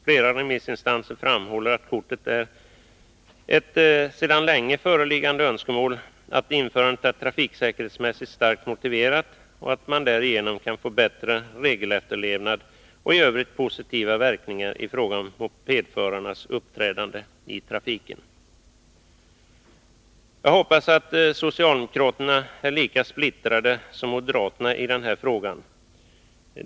Flera remissinstanser framhåller att kortet är ett sedan länge föreliggande önskemål, att införandet är trafiksäkerhetsmässigt starkt motiverat och att man härigenom kan få bättre regelefterlevnad och även andra positiva verkningar i fråga om mopedförarnas uppträdande i trafiken. Jag hoppas att socialdemokraterna är lika splittrade som moderaterna i denna fråga.